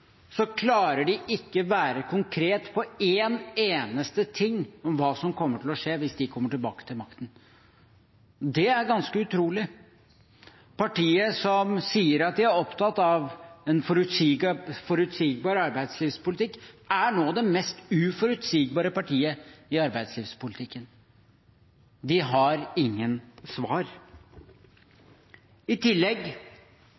klarer de ikke å være konkrete på en eneste ting om hva som kommer til å skje hvis de kommer tilbake til makten. Det er ganske utrolig. Partiet som sier at de er opptatt av en forutsigbar arbeidslivspolitikk, er nå det mest uforutsigbare partiet i arbeidslivspolitikken. De har ingen